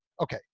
Okay